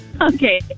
Okay